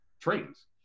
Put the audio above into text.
trains